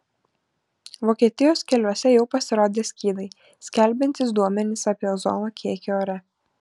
vokietijos keliuose jau pasirodė skydai skelbiantys duomenis apie ozono kiekį ore